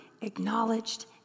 acknowledged